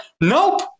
nope